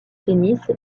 tennis